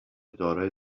دارای